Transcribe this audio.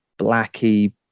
blacky